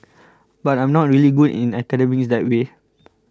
but I'm not really good in academics that way